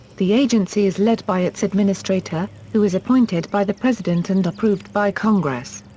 the agency is led by its administrator, who is appointed by the president and approved by congress.